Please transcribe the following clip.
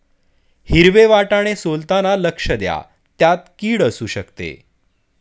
हिरवे वाटाणे सोलताना लक्ष द्या, त्यात किड असु शकते